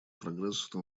прогрессу